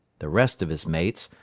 the rest of his mates,